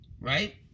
right